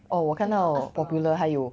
oh 我看到 Popular 还有